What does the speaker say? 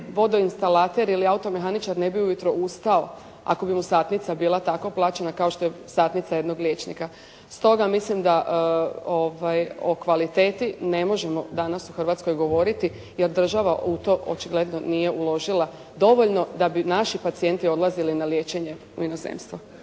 vodoinstalater ili automehaničar ne bi ujutro ustao ako bi mu satnica bila tako plaćena kao što je satnica jednog liječnika. Stoga, mislim da o kvaliteti ne možemo danas u Hrvatskoj govoriti jer država u to očigledno nije uložila dovoljno da bi naši pacijenti odlazili na liječenje u inozemstvo.